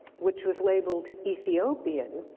which was labeled ethiopian,